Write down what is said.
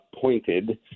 pointed